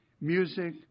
music